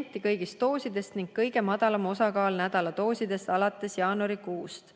kõigist doosidest ning kõige madalam osakaal nädaladoosidest alates jaanuarikuust.